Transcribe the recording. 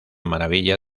maravilla